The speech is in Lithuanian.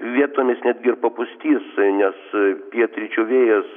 vietomis netgi ir papustys nes pietryčių vėjas